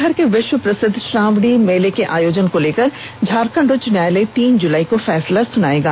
देवघर के विष्व प्रसिद्ध श्रावणी मेले के आयोजन को लेकर झारखंड उच्च न्यायालय तीन जुलाई को फैसला सुनाएगा